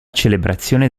celebrazione